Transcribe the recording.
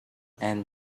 and